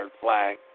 flag